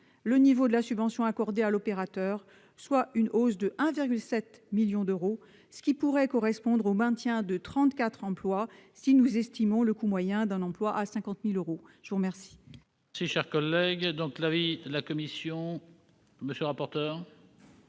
le niveau de la subvention accordée à l'opérateur, soit une hausse de 1,7 million d'euros, ce qui pourrait correspondre au maintien de 34 emplois si nous estimons le coût moyen de ces derniers à 50 000 euros. Quel